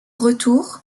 retour